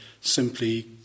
simply